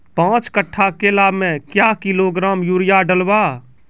पाँच कट्ठा केला मे क्या किलोग्राम यूरिया डलवा?